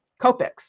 Copics